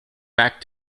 back